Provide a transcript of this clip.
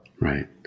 Right